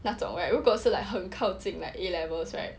那种 right 如果是 like 很靠近 A-levels right